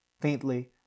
Faintly